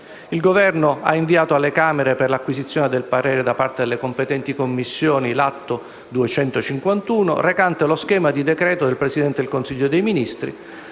il Governo ha inviato alle Camere, per l'acquisizione del parere da parte delle competenti Commissioni, l'atto n. 251 recante lo schema di decreto del Presidente del Consiglio dei ministri